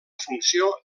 funció